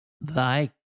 Thy